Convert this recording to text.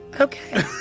Okay